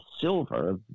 silver